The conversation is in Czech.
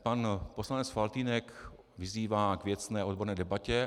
Pan poslanec Faltýnek vyzývá k věcné odborné debatě.